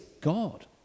God